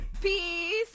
Peace